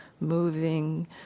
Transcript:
moving